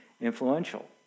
influential